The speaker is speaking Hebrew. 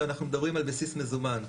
שאנחנו מדברים על בסיס מזומן.